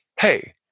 Hey